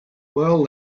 well